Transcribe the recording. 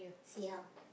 see how